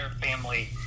family